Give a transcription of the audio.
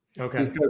Okay